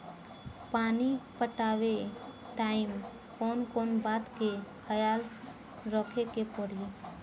पानी पटावे टाइम कौन कौन बात के ख्याल रखे के पड़ी?